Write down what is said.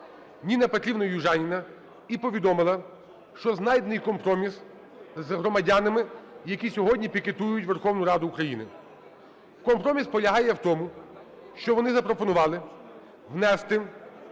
Ніна Петрівна Южаніна і повідомила, що знайдений компроміс з громадянами, які сьогодні пікетують Верховну Раду України. Компроміс полягає в тому, що вони запропонували внести